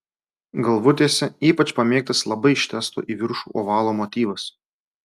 galvutėse ypač pamėgtas labai ištęsto į viršų ovalo motyvas